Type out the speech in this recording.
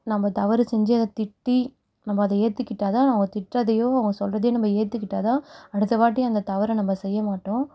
நம்ம் தவறு செஞ்சு அதை திட்டி நம்ம அதை ஏற்றுகிட்டா தான் அவங்க திட்டுறதையோ அவங்க சொல்றதை நம்ம ஏற்றுகிட்டா தான் அடுத்த வாட்டி அந்த தவறை நம்ம செய்ய மாட்டோம்